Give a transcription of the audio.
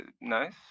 nice